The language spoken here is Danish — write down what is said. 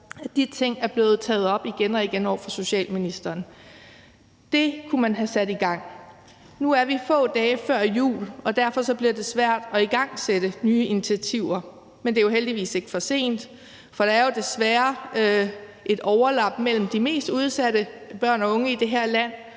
ordfører – er blevet taget op igen og igen over for socialministeren. Det kunne man have sat i gang. Nu er der få dage til jul, og derfor bliver det svært at igangsætte nye initiativer, men det er heldigvis ikke for sent, for der er jo desværre et overlap mellem de mest udsatte børn og unge i det her land